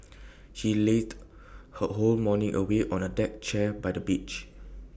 she lazed her whole morning away on A deck chair by the beach